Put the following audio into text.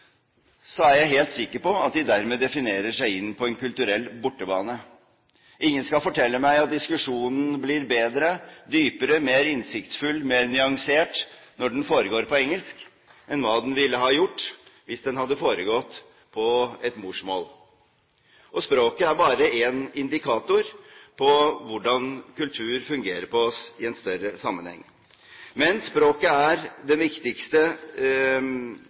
er jeg helt sikker på at de dermed definerer seg inn på en kulturell bortebane. Ingen skal fortelle meg at diskusjonen blir bedre, dypere, mer innsiktsfull og mer nyansert når den foregår på engelsk, enn hva den ville blitt hvis den hadde foregått på et morsmål. Språket er bare én indikator på hvordan kultur virker på oss i en større sammenheng. Men språket er den viktigste